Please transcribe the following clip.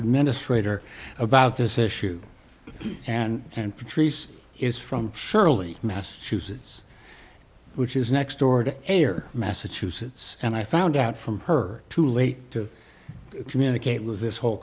administrator about this issue and patrice is from shirley massachusetts which is next door to air massachusetts and i found out from her too late to communicate with this whole